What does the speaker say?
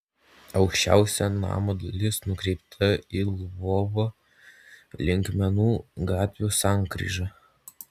aukščiausia namo dalis nukreipta į lvovo linkmenų gatvių sankryžą